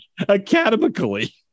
Academically